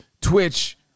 Twitch